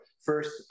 first